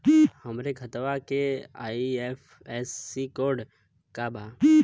हमरे खतवा के आई.एफ.एस.सी कोड का बा?